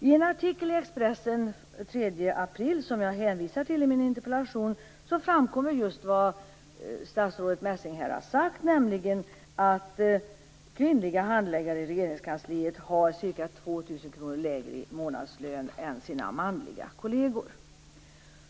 I en artikel i Expressen den 3 april, som jag hänvisar till i min interpellation, framkommer just vad statsrådet Messing här har sagt, nämligen att kvinnliga handläggare i Regeringskansliet har ca 2 000 kr lägre månadslön än sina manliga kolleger.